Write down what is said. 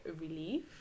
relief